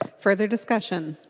further discussion?